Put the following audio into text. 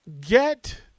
get